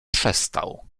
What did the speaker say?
przestał